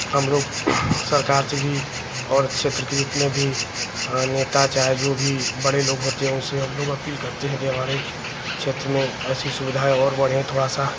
हमलोग सरकार से भी और क्षेत्र के जितने भी नेता चाहे जो भी बड़े लोग होते हैं उनसे हमलोग अपील करते हैं कि हमारे क्षेत्र में ऐसी सुविधाएँ और बढ़ें थोड़ा सा